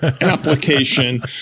application